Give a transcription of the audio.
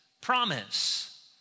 promise